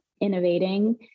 innovating